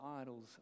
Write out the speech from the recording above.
idols